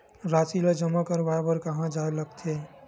राशि ला जमा करवाय बर कहां जाए ला लगथे